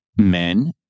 men